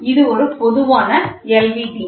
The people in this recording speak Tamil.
இது ஒரு பொதுவான LVDT